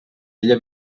ella